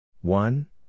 One